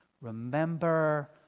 Remember